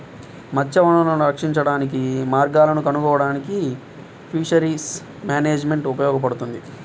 మత్స్య వనరులను రక్షించడానికి మార్గాలను కనుగొనడానికి ఫిషరీస్ మేనేజ్మెంట్ ఉపయోగపడుతుంది